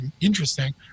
interesting